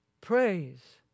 praise